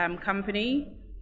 company